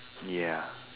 ya